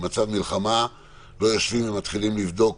במצב מלחמה לא יושבים ומתחילים לבדוק